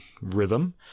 rhythm